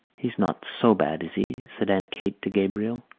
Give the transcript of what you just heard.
he's not so bad, is he? said aunt kate to gabriel.